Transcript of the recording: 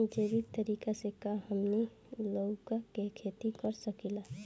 जैविक तरीका से का हमनी लउका के खेती कर सकीला?